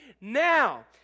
Now